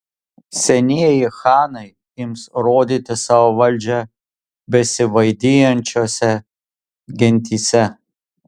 senieji chanai ims rodyti savo valdžią besivaidijančiose gentyse